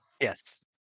Yes